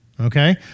okay